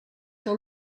que